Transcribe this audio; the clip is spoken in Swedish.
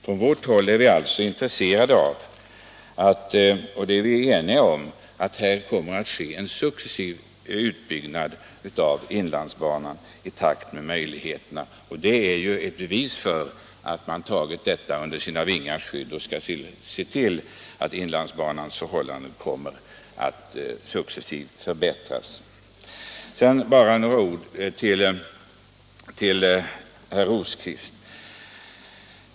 Från vårt håll är vi alltså intresserade av, och det är vi eniga om, att det blir en successiv utbyggnad av inlandsbanan i den takt som är möjlig. Detta är ju ett bevis på att man tagit saken under sina vingars skugga och se till att inlandsbanan kommer att successivt förbättras. Sedan bara några ord till herr Rosqvist.